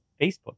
facebook